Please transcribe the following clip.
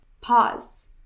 pause